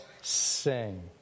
sing